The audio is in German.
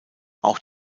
auch